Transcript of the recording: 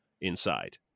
inside